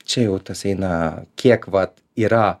čia jau tas eina kiek vat yra